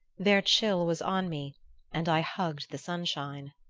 their chill was on me and i hugged the sunshine.